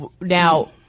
Now